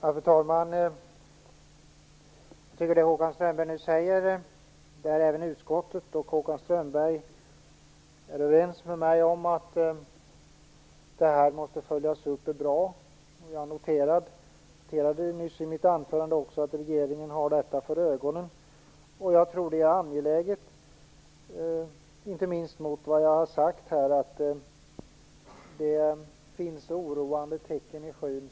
Fru talman! Håkan Strömberg och utskottet är överens med mig om att detta måste följas upp. Det är bra. Jag noterade nyss i mitt anförande att regeringen har detta för ögonen. Jag tror att det är angeläget, inte minst mot bakgrund av vad jag har sagt här om att det finns oroande tecken i skyn.